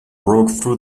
through